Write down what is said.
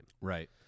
Right